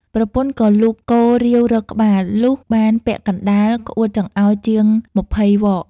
ប្រពន្ធក៏លូកកូរាវរកក្បាល លូកបានពាក់កណ្ដាលក្អួតចង្អោរជាង២០វក។